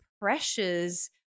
pressures